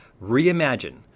Reimagine